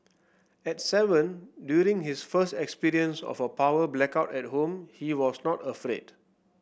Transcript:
at seven during his first experience of a power blackout at home he was not afraid